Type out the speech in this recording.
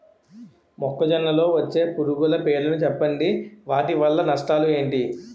మొక్కజొన్న లో వచ్చే పురుగుల పేర్లను చెప్పండి? వాటి వల్ల నష్టాలు ఎంటి?